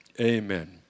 Amen